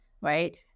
right